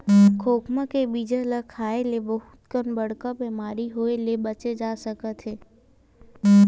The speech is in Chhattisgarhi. खोखमा के बीजा ल खाए ले बहुत कन बड़का बेमारी होए ले बाचे जा सकत हे